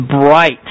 bright